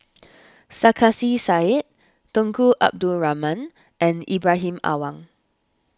Sarkasi Said Tunku Abdul Rahman and Ibrahim Awang